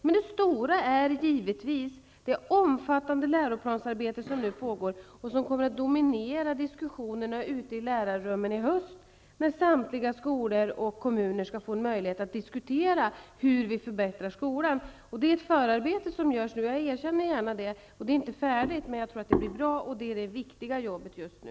Den stora frågan är givetvis det omfattande läroplansarbete som nu pågår och som kommer att dominera diskussionen i lärarrummen i höst. Samtliga skolor och kommuner skall få möjlighet att diskutera hur vi skall förbättra skolan. Jag erkänner gärna att det förarbete som nu pågår inte är färdigt. Men jag tror att det blir bra, och det är det viktiga i detta arbete just nu.